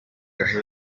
ghali